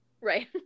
Right